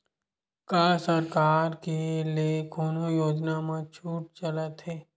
का सरकार के ले कोनो योजना म छुट चलत हे?